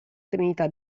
trinità